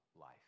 life